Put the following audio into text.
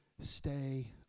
stay